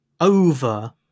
over